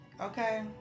okay